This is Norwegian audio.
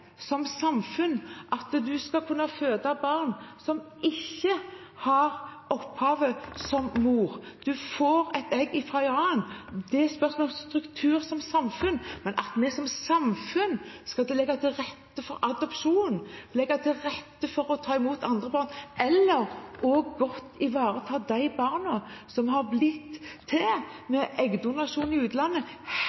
som samfunn – skal legge opp til at du skal kunne føde barn når du ikke har opphavet som mor, men får et egg fra en annen. Det er et spørsmål om struktur som samfunn. Men at vi som samfunn skal legge til rette for adopsjon, legge til rette for å ta imot andre barn, eller godt ivareta de barna som har blitt til